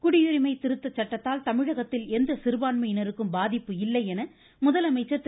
குடியுரிமை திருத்த சட்டத்தால் தமிழகத்தில் எந்த சிறுபான்மையினருக்கும் பாதிப்பு இல்லை என முதலமைச்சர் திரு